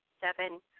Seven